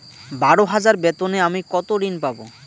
বারো হাজার বেতনে আমি কত ঋন পাব?